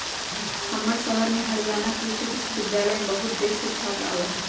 हमर शहर में हरियाणा कृषि विश्वविद्यालय में बहुत देश से छात्र आवा हई